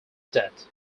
death